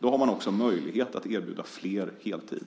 Då har man möjlighet att erbjuda flera heltid.